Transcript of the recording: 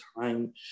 time